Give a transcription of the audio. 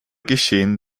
geschehen